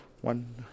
One